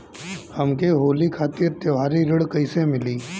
हमके होली खातिर त्योहारी ऋण कइसे मीली?